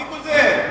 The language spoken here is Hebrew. מי גוזל?